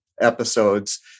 episodes